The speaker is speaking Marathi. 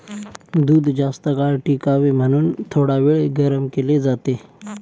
दूध जास्तकाळ टिकावे म्हणून थोडावेळ गरम केले जाते